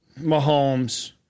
Mahomes